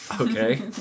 Okay